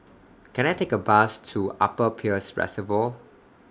Can I Take A Bus to Upper Peirce Reservoir